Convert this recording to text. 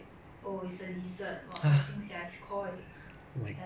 damn disgusting sia but then the thing is right he only take photo of the